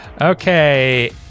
Okay